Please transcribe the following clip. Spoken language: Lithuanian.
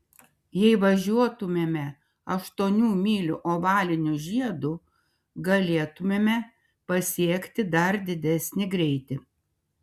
jei važiuotumėme aštuonių mylių ovaliniu žiedu galėtumėme pasiekti dar didesnį greitį